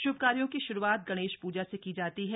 श्भ कार्यों की श्रूआत गणेश पूजा से की जाती है